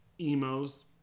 emos